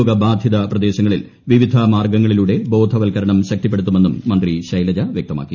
രോഗബാധിത പ്രദേശങ്ങളിൽ വിവിധ മാർഗങ്ങളിലൂടെ ബോധവത്ക്കരണം ശക്തിപ്പെടു ത്തുമെന്നും മന്ത്രി ശൈലജ വ്യക്തമാക്കി